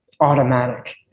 automatic